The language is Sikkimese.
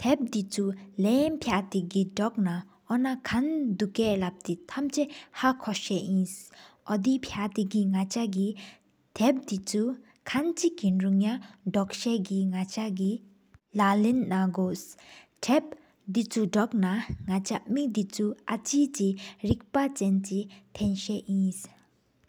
ནག་ཆ་གི་ཐབ་དུས་ལམ་ཕྱ་ཏེ་དོག་ན། ཨ་ནི་ཁན་དུག་ལབ་ཏེ་ཐམ་ཆར་ཧ་ཁོ་ས་ཨིན། འོ་དེ་ཕྱ་ཏེ་གི་ནག་ཆ་གི་ཐབ་དི་ཆུ་ཁད་ཅི། ཨིན་རུང་ཡ་དོག་ས་གི་ནག་ཆ་གི་ལ་ལང་པ་དང་གུ། ཐབ་དུས་དོག་ན་ནག་ཆ་མེ་དུས་དྲུག་ ཨ་ཏེ། རིག་པ་ཆེན་གཅིག་ཐེས་ཨིན།